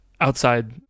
Outside